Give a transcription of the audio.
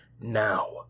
now